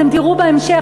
אתם תראו בהמשך,